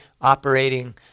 operating